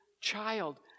child